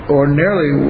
ordinarily